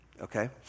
okay